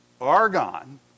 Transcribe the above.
argon